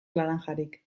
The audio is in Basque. laranjarik